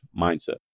mindset